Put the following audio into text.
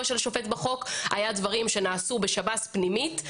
של שופט בחוק אלא היו דברים שנעשו בשירות בתי הסוהר פנימית.